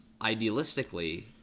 Idealistically